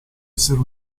essere